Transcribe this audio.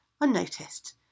unnoticed